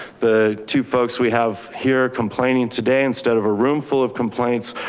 the two folks we have here complaining today instead of a roomful of complaints,